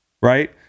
right